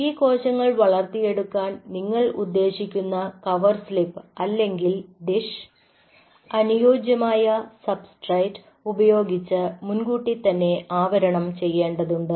ഈ കോശങ്ങൾ വളർത്തിയെടുക്കാൻ നിങ്ങൾ ഉദ്ദേശിക്കുന്ന കവർ സ്ലിപ് അല്ലെങ്കിൽ ഡിഷ് അനുയോജ്യമായ സബ്സ്ട്രാറ്റ് ഉപയോഗിച്ച് മുൻകൂട്ടി തന്നെ ആവരണം ചെയ്യേണ്ടതുണ്ട്